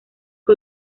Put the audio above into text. que